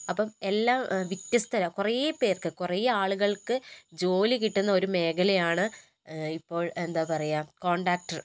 അപ്പം എല്ലാം വിത്യസ്തരാണ് കുറേ പേർക്ക് കുറെ ആളുകൾക്ക് ജോലി കിട്ടുന്ന ഒരു മേഖലയാണ് ഇപ്പോൾ എന്താ പറയുക കോൺട്രാക്ടർ